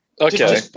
Okay